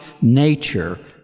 nature